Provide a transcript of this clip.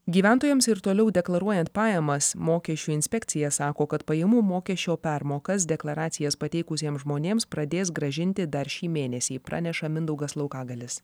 gyventojams ir toliau deklaruojant pajamas mokesčių inspekcija sako kad pajamų mokesčio permokas deklaracijas pateikusiems žmonėms pradės grąžinti dar šį mėnesį praneša mindaugas laukagalius